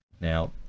Now